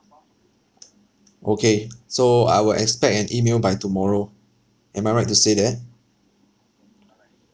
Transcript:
okay so I will expect an email by tomorrow am I right to say that